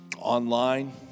Online